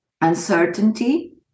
uncertainty